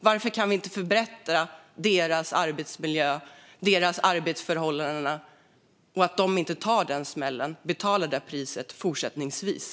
Varför kan vi inte förbättra deras arbetsmiljö och arbetsförhållanden så att de inte behöver ta smällen och betala det priset även fortsättningsvis?